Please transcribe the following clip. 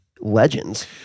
legends